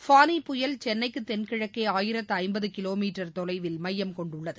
ஃபாளி புயல் சென்னைக்கு தென்கிழக்கு ஆயிரத்து ஐப்பது கிலோ மீட்டர் தொலைவில் மையம் கொண்டுள்ளது